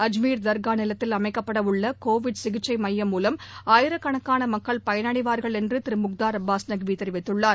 அஜ்மீர் தர்காநிலத்தில் அமைக்கப்படவுள்ளகோவிட் சிகிச்சைமையம் மூலம் ஆயிரக்கணக்கானமக்கள் பயனடைவார்கள் என்றுதிருமுக்தார் அபாஸ் நக்விதெரிவித்துள்ளார்